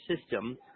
system